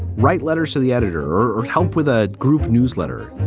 write letters to the editor or help with a group newsletter.